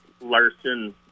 larson